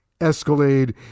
escalade